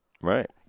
Right